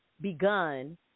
begun